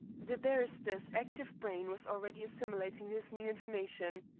the barrister's active brain was already assimilating this new information.